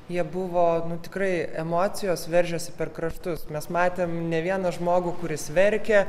jie buvo tikrai emocijos veržiasi per kraštus mes matėm ne vieną žmogų kuris verkia